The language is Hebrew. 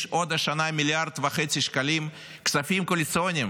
יש השנה עוד 1.5 מיליארד שקלים כספים קואליציוניים,